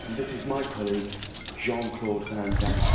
this is my colleague jean claude van